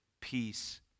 peace